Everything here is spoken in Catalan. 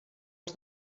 els